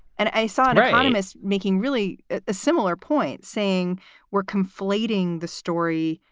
and i saw her animus making really similar points, saying we're conflating the story,